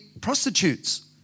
prostitutes